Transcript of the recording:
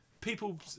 people